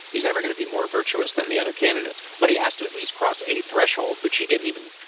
he's never gonna be more virtuous than the other candidates. but he has to at least cross a threshold which he didn't even.